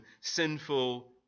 sinful